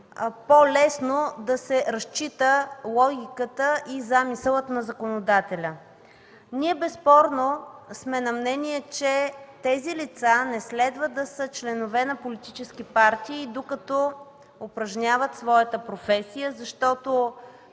по-лесно да се разчита логиката и замисълът на законодателя. Ние безспорно сме на мнение, че тези лица не следва да са членове на политически партии докато упражняват своята професия, защото